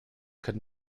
could